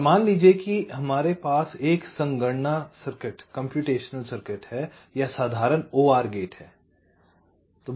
और मान लीजिए कि हमारे पास एक संगणना सर्किट है या साधारण OR गेट हैं